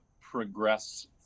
progress